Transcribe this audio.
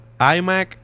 iMac